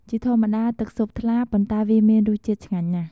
ជាធម្មតា ទឹកស៊ុបថ្លាប៉ុន្តែវាមានរសជាតិឆ្ងាញ់ណាស់។